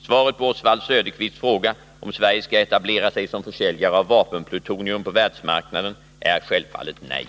Svaret på Oswald Söderqvists fråga, om Sverige skall etablera sig som försäljare av vapenplutonium på världsmarknaden, är självfallet nej.